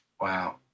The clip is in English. wow